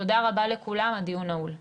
תודה רבה לכולם, הדיון נעול.